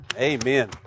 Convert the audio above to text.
Amen